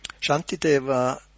Shantideva